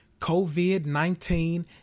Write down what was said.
COVID-19